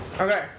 okay